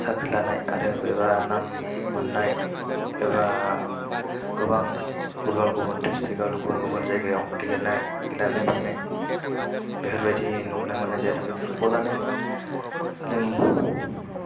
साख्रि लानाय आरो बेबा नाम मोननाय एबा गोबां गुबुन गुबुन डिसट्रिक आव गुबुन गुबुन जायगायाव गेलेनाय गेलेनानै फैनाय बेफोरबायदि नुनो मोननाय जादों बे फुटबलानो जोंनि